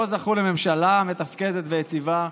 לא זכו לממשלה מתפקדת ויציבה,